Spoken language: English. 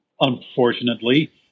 Unfortunately